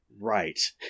right